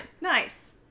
Nice